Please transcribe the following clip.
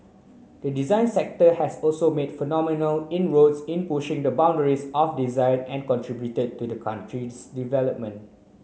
the design sector has also made phenomenal inroads in pushing the boundaries of design and contributed to the country's development